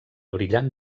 brillant